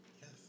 Yes